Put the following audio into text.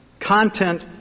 content